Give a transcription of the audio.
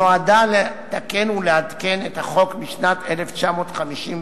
נועדה לתקן ולעדכן את החוק משנת 1954,